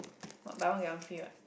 buy one get one free what